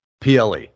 PLE